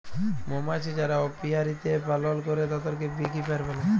মমাছি যারা অপিয়ারীতে পালল করে তাদেরকে বী কিপার বলে